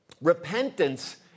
repentance